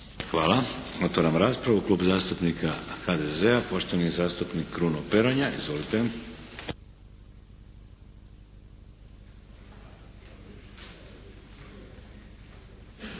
Hvala. Otvaram raspravu. Klub zastupnika HSZ-a, poštovani zastupnik Kruno Peronja. Izvolite!